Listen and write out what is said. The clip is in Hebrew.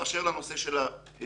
באשר לנושא של הדיינים